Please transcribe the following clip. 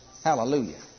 Hallelujah